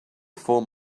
form